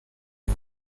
مثل